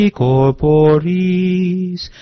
corporis